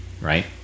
right